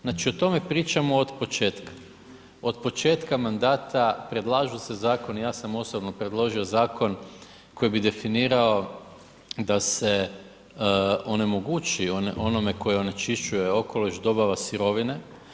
Znači o tome pričamo od početka, od početka mandata predlažu se zakoni i ja sam osobno predložio zakon koji bi definirao da se onemogući onome koji onečišćuje okoliš dobava sirovine.